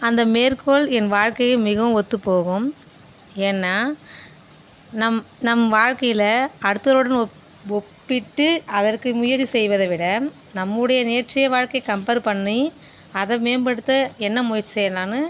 அந்த மேற்கோள் என் வாழ்க்கையில் மிகவும் ஒத்துப்போகும் ஏன்னால் நம் நம் வாழ்க்கையில் அடுத்தவருடன் ஒப் ஒப்பிட்டு அதற்கு முயரி செய்வதை விட நம்முடைய நேற்றைய வாழ்க்கை கம்பார் பண்ணி அதை மேம்படுத்த என்ன முயற்சி செய்யலான்னு